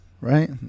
right